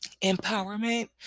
empowerment